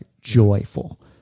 joyful